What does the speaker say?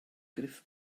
gruff